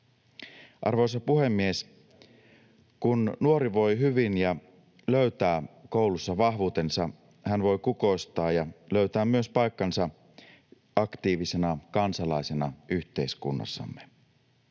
Arvoisa puhemies! Kun nuori voi hyvin ja löytää koulussa vahvuutensa, hän voi kukoistaa ja löytää myös paikkansa aktiivisena kansalaisena yhteiskunnassamme.